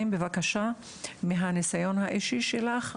על סמך הניסיון האישי שלך,